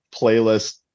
playlist